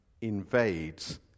invades